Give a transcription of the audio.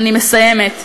אני מסיימת.